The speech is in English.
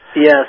Yes